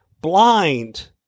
blind